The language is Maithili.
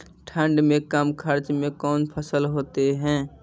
ठंड मे कम खर्च मे कौन फसल होते हैं?